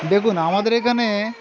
দেখুন আমাদের এখানে